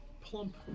plump